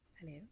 Hello